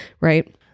right